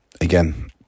again